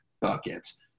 buckets